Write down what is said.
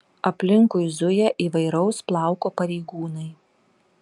aplinkui zuja įvairaus plauko pareigūnai